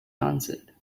answered